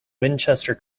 winchester